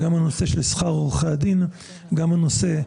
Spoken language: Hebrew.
מנושא שכר עורכי הדין וגם מנושא הפיגורים.